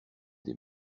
des